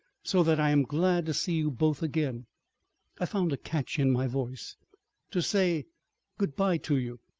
so that i am glad to see you both again i found a catch in my voice to say good-bye to you,